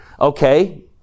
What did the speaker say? Okay